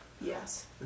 Yes